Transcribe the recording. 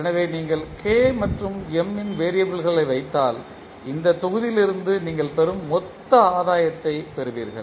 எனவே நீங்கள் K மற்றும் M இன் வெறியபிள்கள் வைத்தால் இந்தத் தொகுதியிலிருந்து நீங்கள் பெறும் மொத்த ஆதாயத்தைப் பெறுவீர்கள்